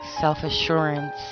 self-assurance